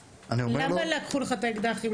למה לקחו לך את האקדח?